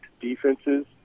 defenses